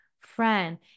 friend